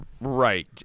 Right